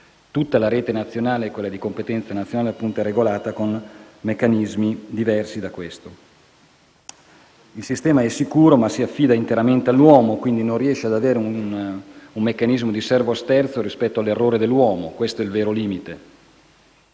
tutta la rete di competenza nazionale è regolata con meccanismi diversi da questo. Il sistema è sicuro, ma si affida interamente all'uomo e quindi non riesce ad avere un meccanismo di "servosterzo" rispetto all'errore dell'uomo: questo è il vero limite.